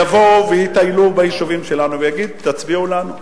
יבואו ויטיילו ביישובים שלנו ויגידו: תצביעו לנו.